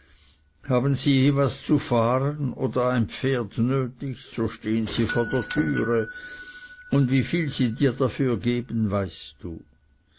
haben sie je was zu fahren oder ein pferd nötig so stehn sie vor der türe und wie viel sie dir dafür geben weißt du